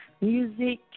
Music